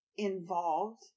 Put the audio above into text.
involved